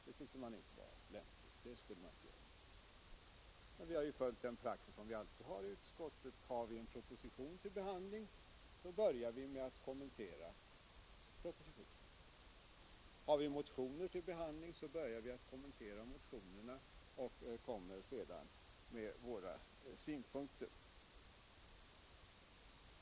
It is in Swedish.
Det tyckte man inte var lämpligt. Vi har följt den praxis som vi alltid har i utskottet: Har vi en proposition till behandling börjar vi med att kommentera propositionen. Har vi endast motioner till behandling börjar vi med att kommentera motionerna och kommer sedan med våra synpunkter.